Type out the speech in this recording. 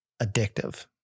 addictive